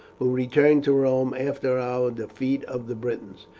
who returned to rome after our defeat of the britons.